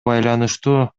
байланыштуу